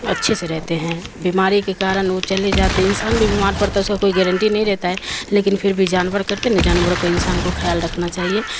اچھے سے رہتے ہیں بیماری کے کارن وہ چلے جاتے ہیں انسان بھی بیمار پڑتا ہے اس کا کوئی گارنٹی نہیں رہتا ہے لیکن پھر بھی جانور کرتے ن جانوروں کو انسان کو خیال رکھنا چاہیے